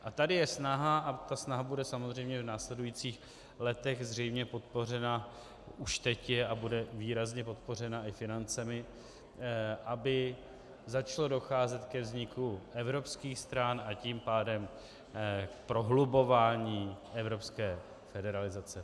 A tady je snaha, a ta snaha bude samozřejmě v následujících letech zřejmě podpořena, už teď je a bude výrazně podpořena i financemi, aby začalo docházet ke vzniku evropských stran, a tím pádem k prohlubování evropské federalizace.